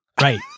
Right